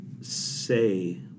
say